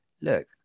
look